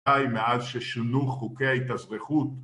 מאז ששונו חוקי ההתאזרחות